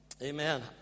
Amen